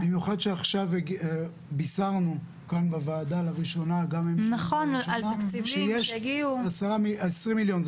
במיוחד שעכשיו בישרנו כאן בוועדה לראשונה שיש 20 מיליון.